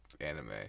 anime